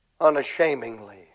unashamedly